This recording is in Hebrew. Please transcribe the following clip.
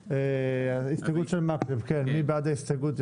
ההסתייגות של מקלב, מי בעד ההסתייגות?